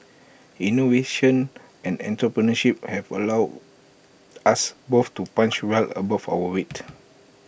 innovation and entrepreneurship have allowed us both to punch well above our weight